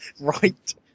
right